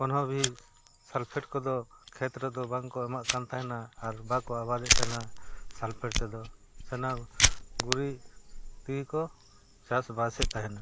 ᱠᱚᱱᱦᱚᱵᱷᱤ sulphate ᱠᱚᱫᱚ ᱠᱷᱮᱛ ᱨᱮᱫᱚ ᱵᱟᱝ ᱠᱚ ᱮᱢᱟᱜ ᱠᱟᱱ ᱛᱟᱦᱮᱱᱟ ᱟᱨ ᱵᱟᱠᱚ ᱟᱵᱟᱫ ᱮᱫ ᱛᱟᱦᱮᱱᱟ ᱥᱟᱞᱯᱷᱮᱴ ᱛᱮᱫᱚ ᱥᱟᱱᱟᱢ ᱜᱩᱨᱤᱡ ᱛᱮᱜᱮ ᱠᱚ ᱪᱟᱥ ᱵᱟᱥᱮᱫ ᱛᱟᱦᱮᱱᱟ